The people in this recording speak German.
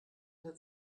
hat